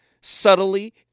Subtly